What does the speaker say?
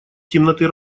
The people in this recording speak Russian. темноты